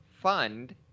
fund